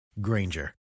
Granger